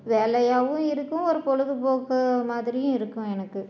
வேலையாகவும் இருக்கும் ஒரு பொழுதுபோக்கு மாதிரியும் இருக்கும் எனக்கு